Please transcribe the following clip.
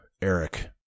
Eric